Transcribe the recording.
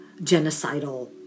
genocidal